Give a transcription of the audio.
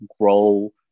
grow